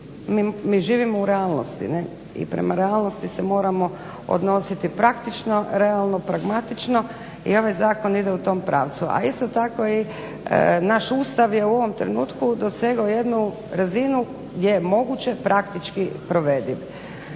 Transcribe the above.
Mi živimo u realnosti i prema realnosti se moramo odnositi praktično, realno, pragmatično i ovaj zakon ide u tom pravdu. A isto tako i naš Ustav je u ovom trenutku dosegnuo jednu razinu gdje je moguće praktički provediv.